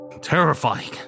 terrifying